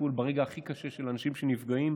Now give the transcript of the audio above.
הטיפול ברגע הכי קשה של אנשים שנפגעים,